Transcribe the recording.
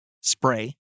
spray